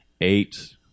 eight